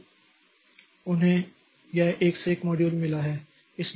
तो उन्हें यह एक से एक मॉड्यूल मिला है